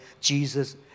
Jesus